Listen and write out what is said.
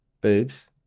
boobs